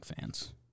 fans